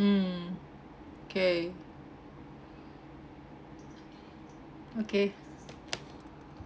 mm okay okay